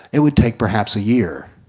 it would take perhaps a year.